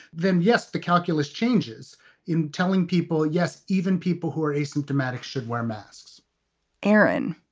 then yes, the calculus changes in telling people, yes, even people who are asymptomatic should wear masks aaron,